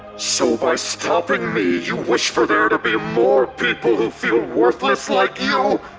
so by stopping me, you wish for there to be more people who feel worthless like you?